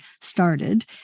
started